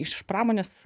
iš pramonės